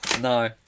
No